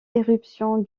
éruptions